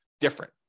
different